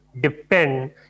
depend